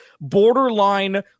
borderline